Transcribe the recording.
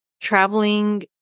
traveling